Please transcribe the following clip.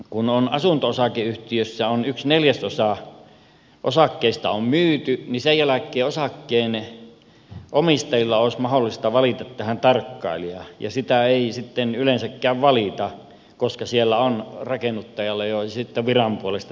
kun asunto osakeyhtiössä yksi neljäsosa osakkeista on myyty niin sen jälkeen osakkeenomistajien olisi mahdollista valita tähän tarkkailija mutta sitä ei sitten yleensä valita koska siellä on rakennuttajalla jo viran puolesta tämä valvoja